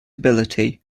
ability